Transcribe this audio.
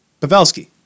Pavelski